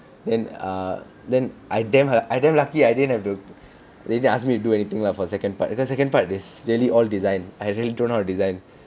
then err then I damn I damn lucky I didn't have to they didn't ask me to do anything lah for the second part because second part is really all design I really don't know how to design